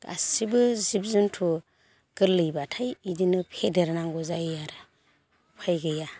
गासिबो जिब जुन्थु गोरलैबाथाय बेदिनो फेदेर नांगौ जायो आरो उफाय गैया